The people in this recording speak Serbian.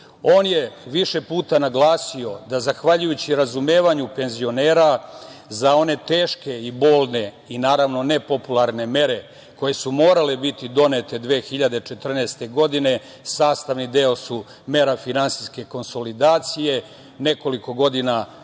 On je više puta naglasio da zahvaljujući razumevanju penzionera za one teške i bolne i naravno nepopularne mere koje su morale biti donete 2014. godine, sastavni deo su mera finansijske konsolidacije, nekoliko godina smanjenja